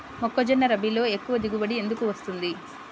మొక్కజొన్న రబీలో ఎక్కువ దిగుబడి ఎందుకు వస్తుంది?